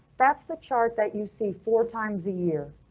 that's the chart that you see four times a year.